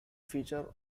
feature